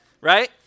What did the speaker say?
right